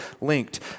linked